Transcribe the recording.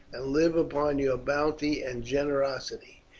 and live upon your bounty and generosity.